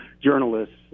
journalists